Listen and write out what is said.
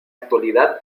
actualidad